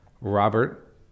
Robert